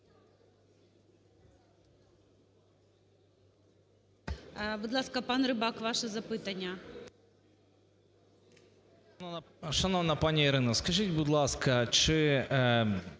Будь ласка, пан Рибак, ваше запитання.